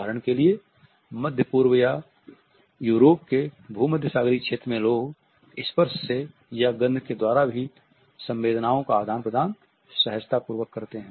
उदाहरण के लिए मध्य पूर्व या यूरोप के भूमध्यसागरीय क्षेत्र में लोग स्पर्श से या गंध के द्वारा भी संवेदनाओं का आदान प्रदान सहजता पूर्वक करते हैं